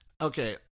Okay